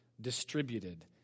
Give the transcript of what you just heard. distributed